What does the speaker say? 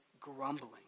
grumbling